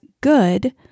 good